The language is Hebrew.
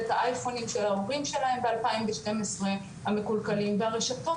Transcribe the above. את האייפונים של ההורים שלהם ב-2012 המקולקלים והרשתות